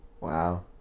Wow